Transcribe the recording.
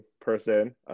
person